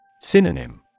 Synonym